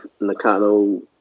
Nakano